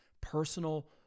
personal